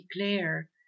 declare